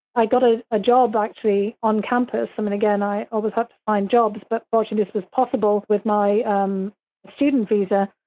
i got a ah job, actually, on campus, i mean, again, i always had to find jobs. but fortunately, this was possible with my um student visa,